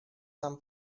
сам